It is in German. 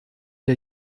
der